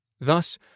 Thus